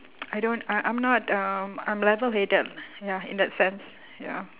I don't uh I'm not um I'm level headed ya in that sense ya